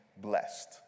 blessed